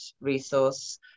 resource